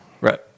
Right